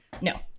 No